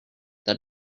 that